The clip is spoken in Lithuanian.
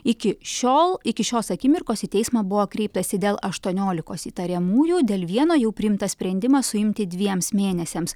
iki šiol iki šios akimirkos į teismą buvo kreiptasi dėl aštuoniolikos įtariamųjų dėl vieno jau priimtas sprendimas suimti dviems mėnesiams